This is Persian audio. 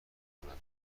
تیمهای